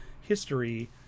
history